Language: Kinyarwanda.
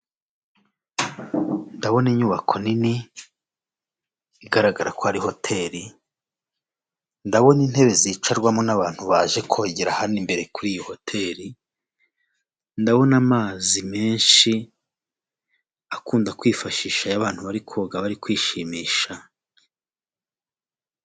Ndabona inyubako nini igaragara ko ari hoteri ndabona intebe zicarwamo n'abantu baje kugera hano, imbere kuri iyi hoteri ndabona amazi menshi akunda kwifashisha abantu bari koga bari kwishimisha.